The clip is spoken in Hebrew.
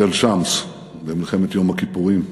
בתל-שמס במלחמת יום הכיפורים,